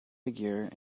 figure